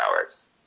hours